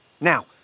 Now